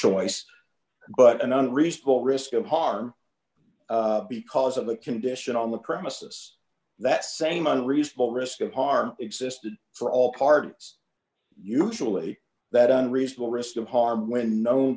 choice but an unreasonable risk of d harm because of a condition on the premises that same unreasonable risk of harm existed for all parts usually that d unreasonable risk of harm when known